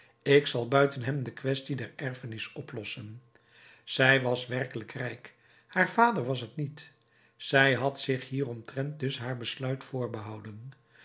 ik zal buiten hem de quaestie der erfenis oplossen zij was werkelijk rijk haar vader was het niet zij had zich hieromtrent dus haar besluit voorbehouden